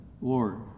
Lord